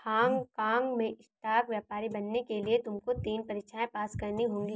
Hong काँग में stock व्यापारी बनने के लिए तुमको तीन परीक्षाएं पास करनी होंगी